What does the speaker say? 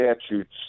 statutes